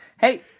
hey